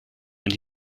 and